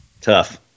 Tough